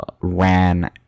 ran